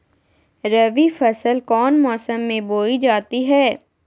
रबी फसल कौन मौसम में बोई जाती है?